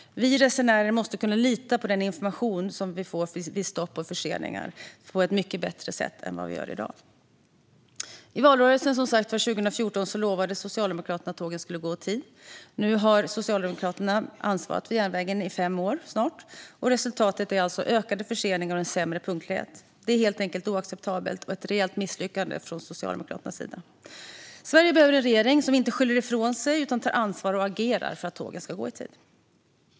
Vi resenärer måste också kunna lita på den information vi får vid stopp och förseningar på ett mycket bättre än vi kan göra i dag. I valrörelsen 2014 lovade Socialdemokraterna som sagt att tågen skulle gå i tid. Socialdemokraterna har nu ansvarat för järnvägen i snart fem års tid, och resultatet är ökade förseningar och en sämre punktlighet. Detta är helt enkelt oacceptabelt och ett rejält misslyckande från Socialdemokraternas sida. Sverige behöver en regering som inte skyller ifrån sig utan tar ansvar och agerar för att tågen ska gå i tid.